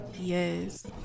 yes